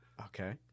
Okay